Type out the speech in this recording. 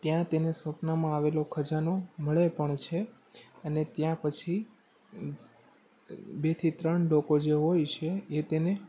ત્યાં તેને સ્વપ્નમાં આવેલો ખજાનો મળે પણ છે અને ત્યાં પછી બે થી ત્રણ લોકો જે હોય છે એ તેને